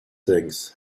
things